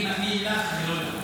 אני מאמין לך ולא לה.